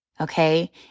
Okay